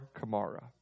Kamara